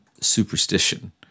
superstition